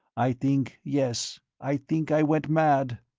i think, yes, i think i went mad.